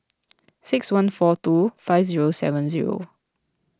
six one four two five zero seven zero